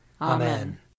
Amen